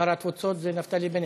שר התפוצות זה נפתלי בנט,